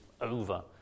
over